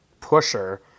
pusher